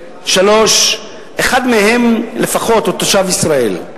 3. אחד מהם לפחות הוא תושב ישראל,